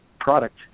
product